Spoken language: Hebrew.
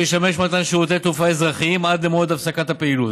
שישמש למתן שירותי תעופה אזרחיים עד למועד הפסקת הפעילות.